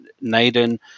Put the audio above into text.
Naden